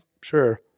sure